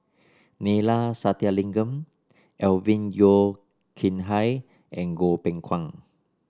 Neila Sathyalingam Alvin Yeo Khirn Hai and Goh Beng Kwan